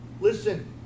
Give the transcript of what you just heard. Listen